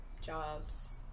jobs